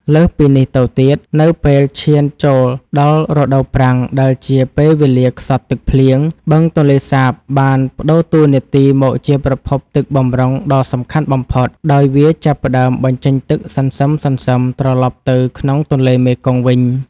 លើសពីនេះទៅទៀត នៅពេលឈានចូលដល់រដូវប្រាំងដែលជាពេលវេលាខ្សត់ទឹកភ្លៀង បឹងទន្លេសាបបានប្តូរតួនាទីមកជាប្រភពទឹកបម្រុងដ៏សំខាន់បំផុត ដោយវាចាប់ផ្តើមបញ្ចេញទឹកសន្សឹមៗត្រឡប់ទៅក្នុងទន្លេមេគង្គវិញ។